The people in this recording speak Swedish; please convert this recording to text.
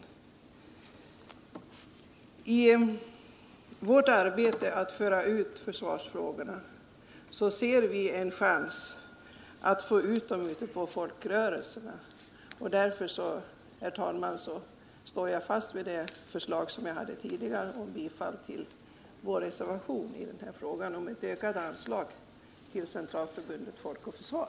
Vi reservanter ser här en chans att föra ut information i försvarsfrågorna via folkrörelserna. Därför, herr talman, står jag fast vid mitt tidigare yrkande om bifall till vår reservation i frågan om ökat anslag till Centralförbundet Folk och försvar.